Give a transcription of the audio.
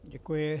Děkuji.